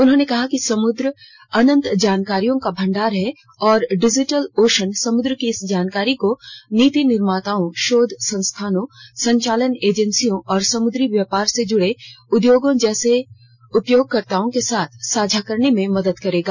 उन्होंने कहा कि समुद्र अनंत जानकारियों का भंडार है और डिजिटल ओशन समुद्र की इस जानकारी को नीति निर्माताओं शोध संस्थानों संचालन एजेंसियों और समुद्री व्यापार से जुड़े उद्योग जैसे उपयोगकर्ताओं के साथ साझा करने में मदद करेगा